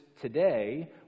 today